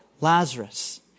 Lazarus